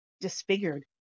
disfigured